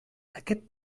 aquest